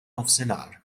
nofsinhar